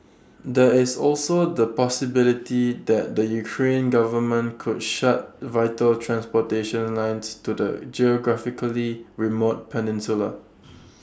there is also the possibility that the Ukrainian government could shut vital transportation lines to the geographically remote peninsula